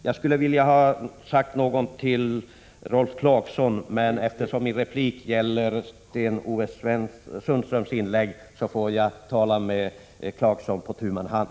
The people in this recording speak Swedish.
Jag skulle också ha velat kommentera Rolf Clarksons anförande, men eftersom min replik gäller Sten-Ove Sundströms inlägg får jag framföra mina synpunkter till Rolf Clarkson på tu man hand.